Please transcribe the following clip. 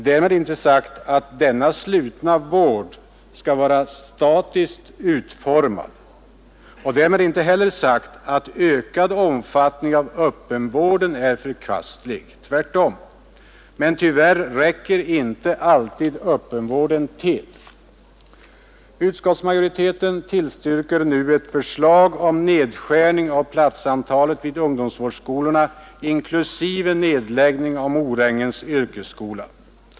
Därmed är inte sagt att denna slutna vård skall vara statiskt utformad, och därmed är inte heller sagt att ökad omfattning av öppenvården är förkastlig — tvärtom. Men tyvärr räcker inte alltid öppenvården till. Utskottsmajoriteten tillstyrker nu ett förslag om nedskärning av platsantalet vid ungdomsvårdsskolorna inklusive nedläggning av Morängens yrkesskola.